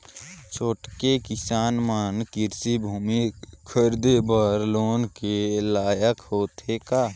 छोटके किसान मन कृषि भूमि खरीदे बर लोन के लायक होथे का?